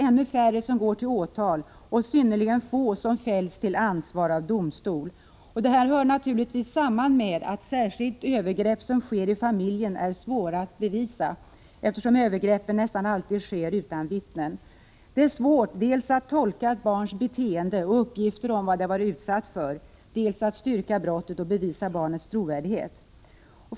Än färre går till åtal, och synnerligen få personer fälls till ansvar av domstol. Detta hör naturligtvis samman med att särskilt övergrepp som sker i familjen är svåra att bevisa, eftersom övergreppen nästan alltid sker utan vittnen. Det är svårt dels att tolka ett barns beteende och uppgifter om vad det har varit utsatt för, dels att styrka brottet och bevisa barnets trovärdighet.